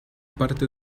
parte